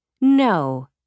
No